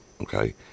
okay